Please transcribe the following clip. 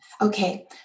Okay